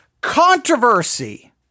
controversy